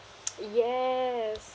yes